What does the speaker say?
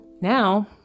now